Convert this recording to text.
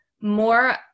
more